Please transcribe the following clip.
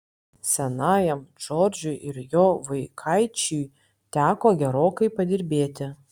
senajam džordžui ir jo vaikaičiui teko gerokai padirbėti